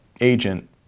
agent